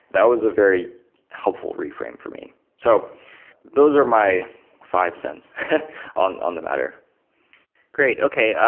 that was a very helpful refrain for me. so those are my five cents on on the matter great. okay,